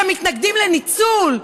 שמתנגדים לניצול,